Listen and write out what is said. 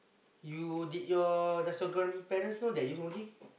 you did your does your girl me parents know that you know he